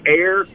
air